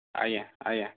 ଆଜ୍ଞା ଆଜ୍ଞା